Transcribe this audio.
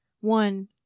one